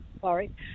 Sorry